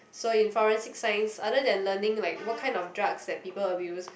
so in forensic science other than learning like what kind of drugs that people abuse